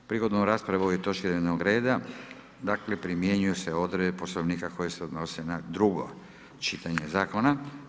Prigodom rasprave o ovoj točki dnevnog reda primjenjuju se odredbe Poslovnika koje se odnose na drugo čitanje zakona.